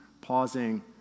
pausing